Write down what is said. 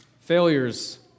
failures